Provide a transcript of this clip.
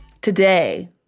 Today